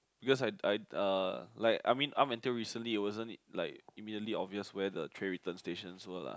because I I uh like I mean up until recently it wasn't like immediately obvious where the tray return station were lah